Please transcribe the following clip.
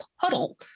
puddle